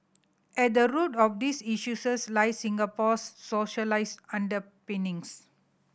at the root of these lie Singapore's underpinnings